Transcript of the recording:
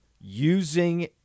using